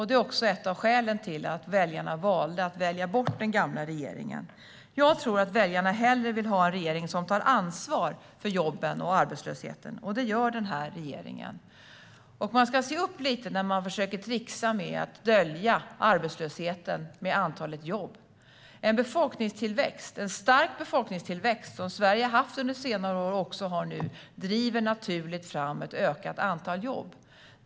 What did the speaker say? Det är också ett av skälen till att väljarna valde att välja bort den gamla regeringen. Jag tror att väljarna hellre vill ha en regering som tar ansvar för jobben och arbetslösheten. Det gör den här regeringen. Man ska se upp lite när man försöker trixa med att dölja arbetslösheten med antalet jobb. En stark befolkningstillväxt, som Sverige har haft under senare år, driver naturligt fram ett ökat antal jobb.